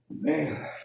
man